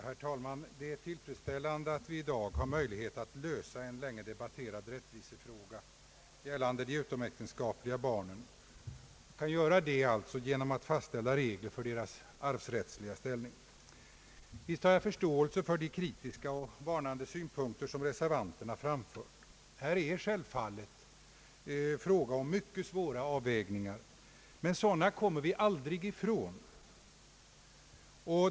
Herr talman! Det är tillfredsställande att vi i dag har möjlighet att lösa ett länge debatterat rättviseproblem gällande de utomäktenskapliga barnen. Vi kan göra det genom att fastställa regler för deras arvsrättsliga ställning. Visst har jag förståelse för de kritiska och varnande synpunkter som reservanterna framför. Här är självfallet fråga om mycket svåra avvägningar, men sådana kommer vi aldrig ifrån.